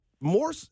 More